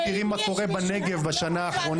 לכי תראי מה קורה בנגב בשנה האחרונה.